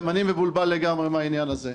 גם אני מבולבל לגמרי מהעניין הזה.